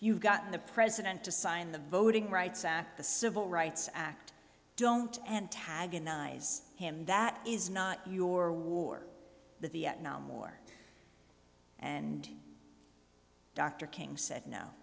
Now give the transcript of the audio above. you've gotten the president to sign the voting rights act the civil rights act don't antagonize him that is not your war the vietnam war and dr king said no